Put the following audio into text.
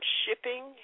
shipping